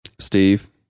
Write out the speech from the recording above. Steve